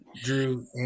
drew